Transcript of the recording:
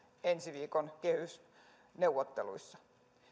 ensi viikon kehysneuvotteluissa